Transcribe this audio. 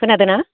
खोनादोंना